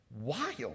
wild